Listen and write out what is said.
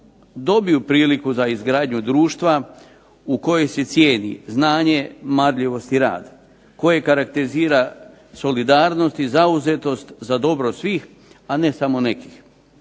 dobiju priliku za izgradnju društva u kojoj se cijeni znanje, marljivost i rad, koji karakterizira solidarnost i zauzetost za dobro svih, a ne samo nekih.